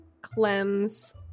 Clem's